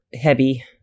heavy